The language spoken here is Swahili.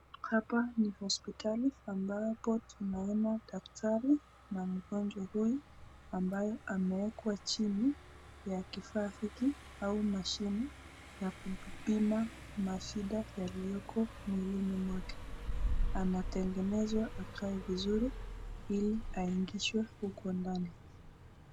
Hapa ni hospitali ambapo tunaona daktari na mgonjwa ambayo ameekwa chini ya kifaa hiki au mashini ya kupima mashinda yeliopo mwilini mwake anatengenezwa akae vizuri hili aingizwe huko ndani.